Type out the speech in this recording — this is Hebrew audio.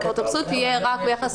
שלילת האפוטרופסות תהיה רק ביחס